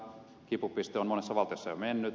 kipupiste on monessa valtiossa jo mennyt